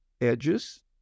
edges